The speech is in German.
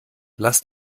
lass